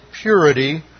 purity